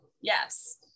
Yes